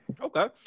Okay